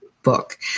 book